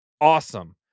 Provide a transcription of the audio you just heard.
awesome